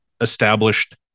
established